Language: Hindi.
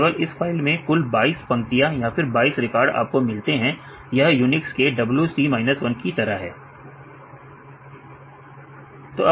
केवल इस फाइल में कुल 22 पंक्तियों या फिर 22 रिकॉर्ड आपको मिलते हैं यह यूनिक्स के wc 1 की तरह है